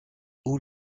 haut